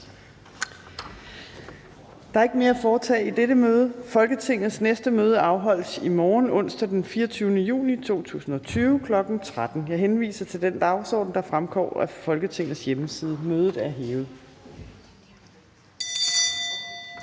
Der er ikke mere at foretage i dette møde. Folketingets næste møde afholdes i morgen, onsdag den 24. juni 2020, kl. 13.00. Jeg henviser til den dagsorden, der fremgår af Folketingets hjemmeside. Mødet er hævet.